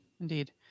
Indeed